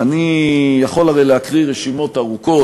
אני יכול הרי להקריא רשימות ארוכות,